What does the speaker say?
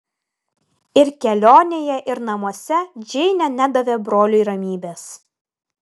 ir kelionėje ir namuose džeinė nedavė broliui ramybės